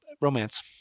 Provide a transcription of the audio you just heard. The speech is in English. romance